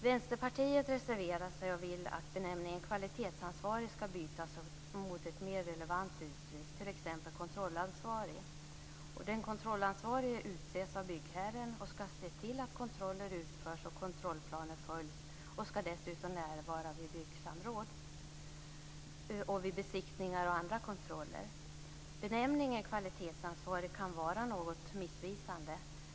Vänsterpartiet reserverar sig och vill att benämningen kvalitetsansvarig skall bytas mot ett mer relevant uttryck, t.ex. kontrollansvarig. Den kontrollansvarige utses av byggherren och skall se till att kontroller utförs och kontrollplaner följs och skall dessutom närvara vid byggsamråd, besiktningar och andra kontroller. Benämningen kvalitetsansvarig kan vara något missvisande.